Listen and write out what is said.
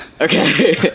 Okay